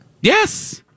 Yes